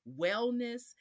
wellness